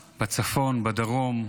בצפון, בדרום,